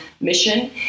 mission